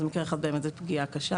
זה מקרה אחד זה באמת פגיעה קשה,